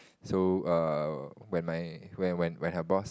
so err when my when when when her boss